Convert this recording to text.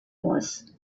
was